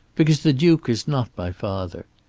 because the duke is not my father.